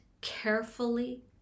carefully